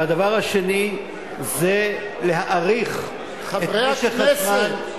הדבר השני זה להאריך את משך הזמן --- חברי הכנסת,